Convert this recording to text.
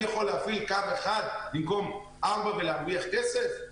האם אני יכול להפעיל קו אחד במקום ארבע ולהרוויח כסף?